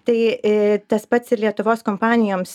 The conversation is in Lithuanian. tai tas pats ir lietuvos kompanijoms